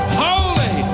holy